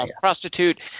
prostitute